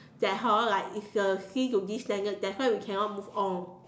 that hor like it's a C to B standard that's why we cannot move on